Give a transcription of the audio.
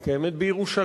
היא קיימת בירושלים,